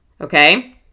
Okay